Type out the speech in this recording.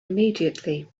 immediately